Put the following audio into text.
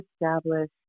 establish